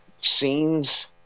scenes